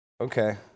Okay